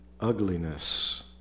ugliness